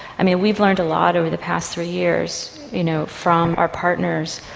i mean, we've learned a lot over the past three years you know from our partners,